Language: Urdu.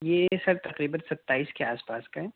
یہ سر تقریباً ستائیس کے آس پاس کا ہے